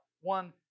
one